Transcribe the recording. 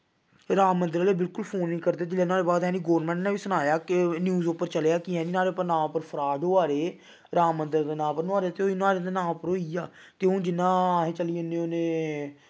राम मन्दर आह्ले बिल्कुल फोन निं करदे जेल्लै नुहाड़े बाद जानि गौरमैंट ने बी सनाया के न्यूज उप्पर चलेआ कि जानि नाह्ड़े उप्पर नांऽ उप्पर फराड होआ दे राम मन्दर दे नांऽ उप्पर नोहाड़े च बी नोहाड़े गै नांऽ उप्पर होई गेआ ते हून जियां अहें चली जन्ने होन्ने